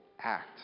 act